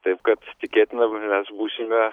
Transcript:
taip kad tikėtina mes būsime